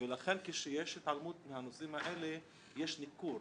ולכן כשיש התעלמות מהנושאים האלה, יש ניכור